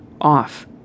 OFF